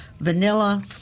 vanilla